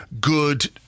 good